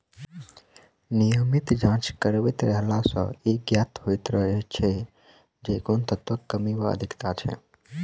नियमित जाँच करबैत रहला सॅ ई ज्ञात होइत रहैत छै जे कोन तत्वक कमी वा अधिकता छै